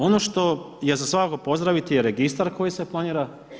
Ono što je za svakako pozdraviti je registar koji je planira.